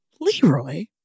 Leroy